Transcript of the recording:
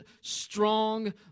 strong